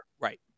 Right